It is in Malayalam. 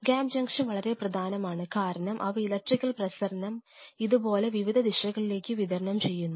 ഗ്യാപ്പ് ജംഗ്ഷൻ വളരെ പ്രധാനമാണ് കാരണം അവ ഇലക്ട്രിക്കൽ പ്രസരണം ഇതുപോലെ വിവിധ ദിശകളിലേക്ക് വിതരണം ചെയ്യുന്നു